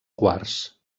quarts